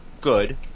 Good